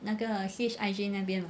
那个 C_H_I_J 那边 mah